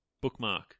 Bookmark